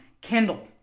Kindle